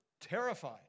terrified